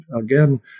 again